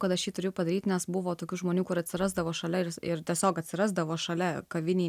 kad aš jį turiu padaryti nes buvo tokių žmonių kur atsirasdavo šalia ir ir tiesiog atsirasdavo šalia kavinėj